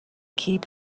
keep